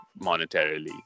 monetarily